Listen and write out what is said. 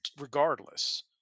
regardless